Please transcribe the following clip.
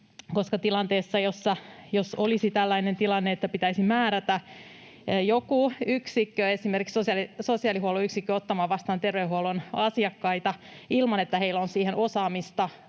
koska jos olisi tällainen tilanne, että pitäisi määrätä joku yksikkö, esimerkiksi sosiaalihuollon yksikkö, ottamaan vastaan terveydenhuollon asiakkaita ilman, että heillä on siihen osaamista,